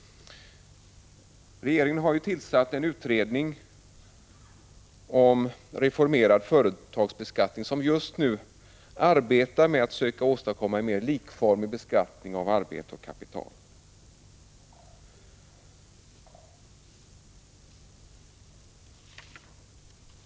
Regeringen har tillsatt en utredning om reformerad företagsbeskattning som just nu arbetar med att söka åstadkomma en mer likformig beskattning av arbete och kapital.